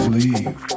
leave